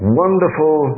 wonderful